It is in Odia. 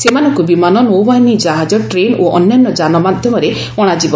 ସେମାନଙ୍କ ବିମାନ ନୌବାହିନୀ ଜାହାଜ ଟ୍ରେନ୍ ଓ ଅନ୍ୟାନ୍ୟ ଯାନ ମାଧ୍ୟମରେ ଅଣାଯିବ